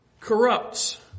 corrupts